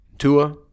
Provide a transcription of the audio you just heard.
Tua